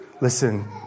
Listen